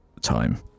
time